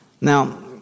Now